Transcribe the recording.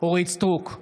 אורית מלכה סטרוק,